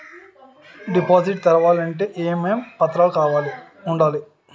Deposit తెరవాలి అంటే ఏమేం పత్రాలు ఉండాలి?